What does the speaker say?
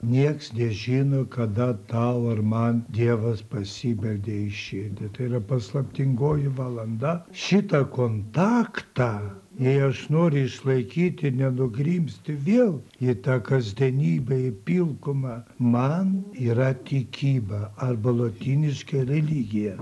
nieks nežino kada tau ar man dievas pasibeldė į širdį tai yra paslaptingoji valanda šitą kontaktą jei aš noriu išlaikyti nenugrimzti vėl į tą kasdienybę į pilkumą man yra tikyba arba lotyniškai religija